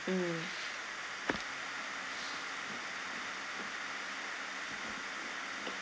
mm